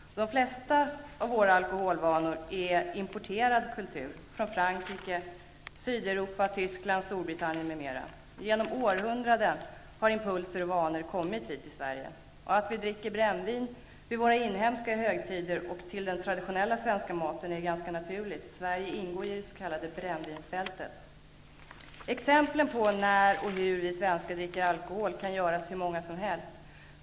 De flesta av våra alkoholvanor är kultur som är importerad -- från Frankrike, Sydeuropa, Tyskland, Storbritannien m.m. Genom århundraden har impulser och vanor kommit hit till Sverige. Och att vi dricker brännvin vid våra inhemska högtider och till den traditionella svenska maten är ganska naturligt; Sverige ingår i det s.k. Exemplen på när och hur vi svenskar dricker alkohol kan göras många -- hur många som helst.